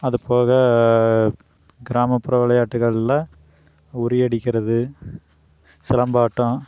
அதுபோக கிராமப்புற விளையாட்டுகள்ல உறியடிக்கிறது சிலம்பாட்டம்